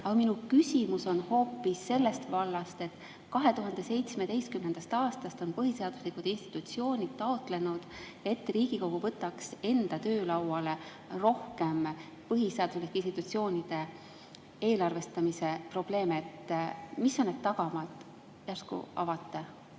minu küsimus on hoopis sellest vallast. 2017. aastast on põhiseaduslikud institutsioonid taotlenud, et Riigikogu võtaks oma töölauale rohkem põhiseaduslike institutsioonide eelarvestamise probleeme. Mis on need tagamaad? Äkki avate?